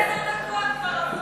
עשר דקות כבר עברו.